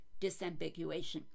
disambiguation